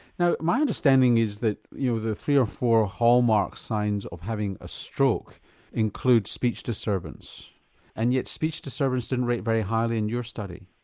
now my understanding is that the three or four hallmark signs of having a stroke include speech disturbance and yet speech disturbance didn't rate very highly in your study?